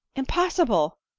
impossible!